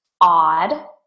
odd